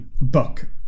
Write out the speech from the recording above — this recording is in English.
book